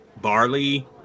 Barley